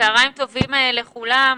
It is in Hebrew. צוהריים טובים לכולם.